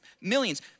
millions